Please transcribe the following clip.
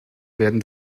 werden